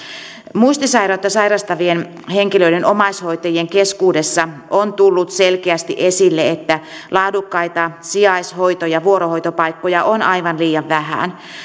muistisairautta sairastavien henkilöiden omaishoitajien keskuudessa on tullut selkeästi esille että laadukkaita sijaishoito ja vuorohoitopaikkoja on aivan liian vähän